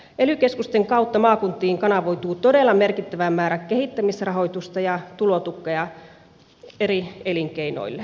ely keskusten kautta maakuntiin kanavoituu todella merkittävä määrä kehittämisrahoitusta ja tulotukea eri elinkeinoille